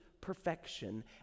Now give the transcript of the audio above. perfection